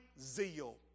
zeal